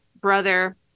brother